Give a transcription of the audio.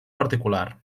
particular